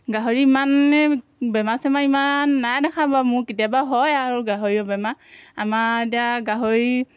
গাহৰি ইমানে বেমাৰ চেমাৰ ইমান নাই দেখা বাৰু মোৰ কেতিয়াবা হয় আৰু গাহৰিয়ো বেমাৰ আমাৰ এতিয়া গাহৰি